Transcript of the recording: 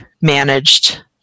managed